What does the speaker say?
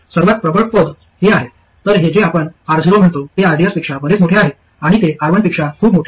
सर्वात प्रबळ पद हे आहे तर हे जे आपण Ro म्हणतो ते rds पेक्षा बरेच मोठे आहे आणि ते R1 पेक्षा खूप मोठे आहे